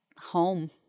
Home